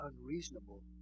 unreasonable